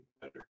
better